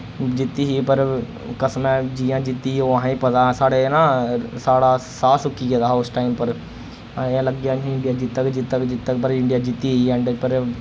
जित्ती ही पर कसम ऐ जियां जित्ती ही ओ असें पता साढ़े ना साढ़ा साह् सुक्की गेदा हा उस टाइम ह्पर असें लग्गेआ असें कि जित्तग जित्तग जित्तग पर इंडिया जित्ती गेई एंड पर